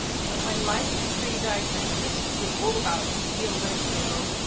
like, when life pre-diagnosis was all about, conceal. don't feel.